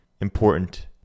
important